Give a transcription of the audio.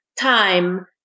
time